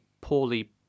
poorly